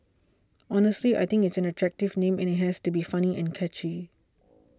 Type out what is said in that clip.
honestly I think it's an attractive name and it has to be funny and catchy